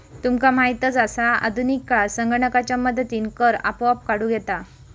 तुका माहीतच आसा, आधुनिक काळात संगणकाच्या मदतीनं कर आपोआप काढूक येता